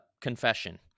confession